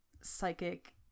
psychic